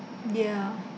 yeah